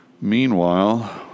meanwhile